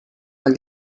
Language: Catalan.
pel